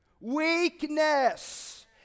Weakness